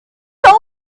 know